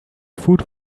food